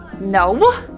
no